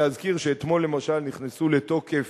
להזכיר שאתמול למשל נכנסו לתוקף